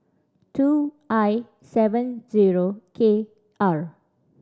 two I seven zero K R